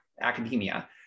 academia